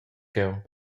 cheu